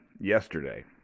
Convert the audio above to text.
yesterday